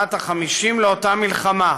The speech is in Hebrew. שנת ה-50 לאותה מלחמה,